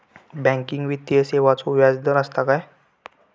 Banking वित्तीय सेवाचो व्याजदर असता काय?